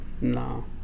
No